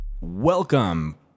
Welcome